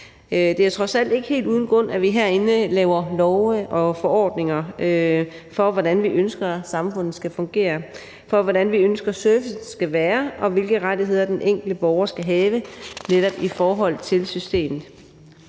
Det er trods alt ikke helt uden grund, at vi herinde laver love og forordninger for, hvordan vi ønsker samfundet skal fungere, for, hvordan vi ønsker servicen skal være, og for, hvilke rettigheder den enkelte borger skal have netop i forhold til systemet.